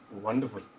Wonderful